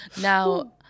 now